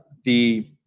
the